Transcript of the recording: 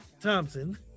Thompson